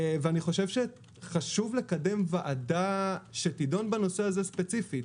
חשוב לקדם ועדה שתידון בנושא הזה ספציפית.